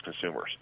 consumers